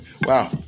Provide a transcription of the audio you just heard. Wow